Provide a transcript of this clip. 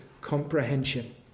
comprehension